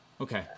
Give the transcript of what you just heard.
Okay